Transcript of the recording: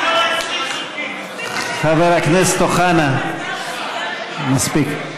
חבר הכנסת אוחנה, מספיק.